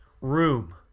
room